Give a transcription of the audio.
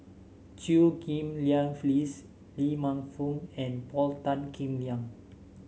Chew Ghim Lian Phyllis Lee Man Fong and Paul Tan Kim Liang